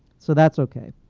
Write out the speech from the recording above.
so that's ok.